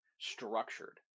structured